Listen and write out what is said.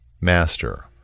Master